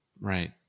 Right